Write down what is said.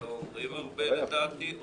שלא אומרים הרבה לדעתי.